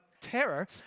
terror